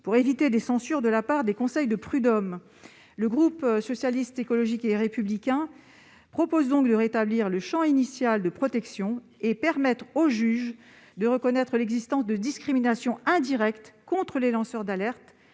pour éviter des censures de la part des conseils de prud'hommes. Les élus du groupe Socialiste, Écologiste et Républicain proposent de rétablir le champ initial de protection. Ils veulent ainsi permettre aux juges de reconnaître l'existence de discriminations indirectes contre les lanceurs d'alerte.